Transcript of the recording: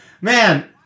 Man